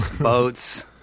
boats